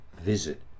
visit